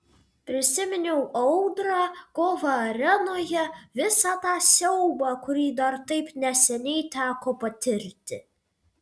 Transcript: prisiminiau audrą kovą arenoje visą tą siaubą kurį dar taip neseniai teko patirti